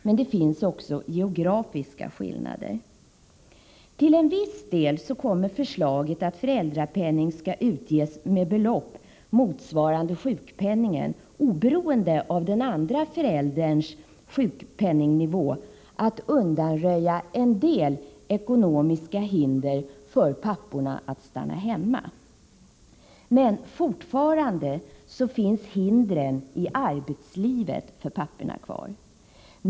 Men det finns också geografiska skillnader. Till en viss del kommer förslaget att föräldrapenning skall utges med belopp motsvarande sjukpenningen, oberoende av den andra förälderns sjukpenningnivå, att undanröja en del ekonomiska hinder för papporna att stanna hemma. Men fortfarande finns hindren i arbetslivet för papporna kvar.